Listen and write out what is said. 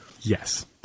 Yes